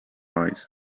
eyes